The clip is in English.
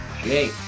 Jake